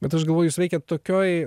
bet aš galvoju jūs veikiat tokioj